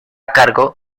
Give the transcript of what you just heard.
cargo